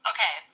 Okay